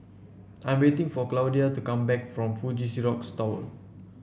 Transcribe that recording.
I'm waiting for Claudia to come back from Fuji Xerox Tower